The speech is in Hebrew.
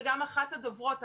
וגם אחת הדוברות,